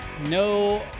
No